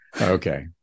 Okay